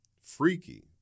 Freaky